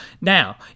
Now